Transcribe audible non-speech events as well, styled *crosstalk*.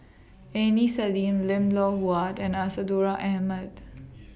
*noise* Aini Salim Lim Loh Huat and Isadhora Mohamed